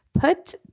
put